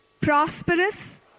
prosperous